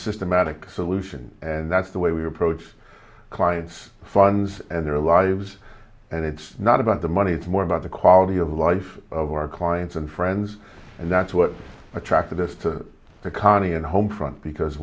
systematic solution and that's the way we approach clients funds and their lives and it's not about the money it's more about the quality of life of our clients and friends and that's what attracted us to the county and home front because